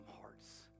hearts